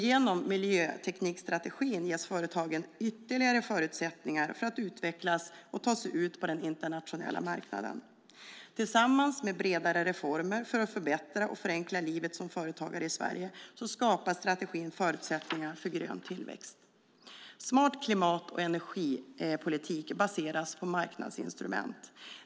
Genom miljöteknikstrategin ges företagen ytterligare förutsättningar att utvecklas och ta sig ut på den internationella marknaden. Tillsammans med bredare reformer för att förbättra och förenkla livet som företagare i Sverige skapar strategin förutsättningar för grön tillväxt. Smart klimat och energipolitik baseras på marknadsinstrument.